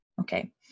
Okay